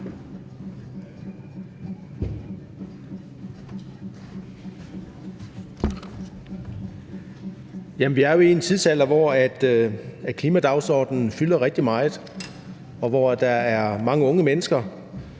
Vi er jo i en tidsalder, hvor klimadagsordenen fylder rigtig meget, og hvor mange unge mennesker